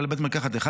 אלא לבית מרקחת אחד,